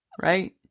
Right